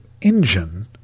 engine